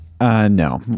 No